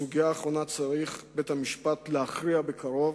בסוגיה האחרונה צריך בית-המשפט להכריע בקרוב,